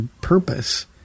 purpose